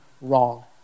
wrong